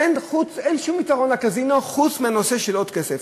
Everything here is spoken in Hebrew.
אין שום יתרון לקזינו חוץ מהנושא של עוד כסף.